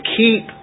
keep